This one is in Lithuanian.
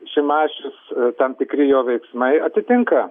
šimašius tam tikri jo veiksmai atitinka